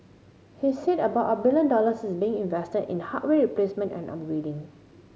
he said about a billion dollars is being invested in hardware replacement and upgrading